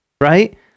Right